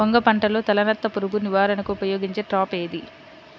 వంగ పంటలో తలనత్త పురుగు నివారణకు ఉపయోగించే ట్రాప్ ఏది?